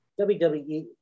WWE